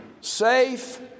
Safe